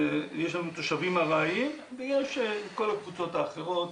יש לנו תושבים ארעיים ויש כל הקבוצות האחרות,